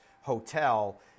hotel